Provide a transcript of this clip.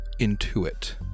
intuit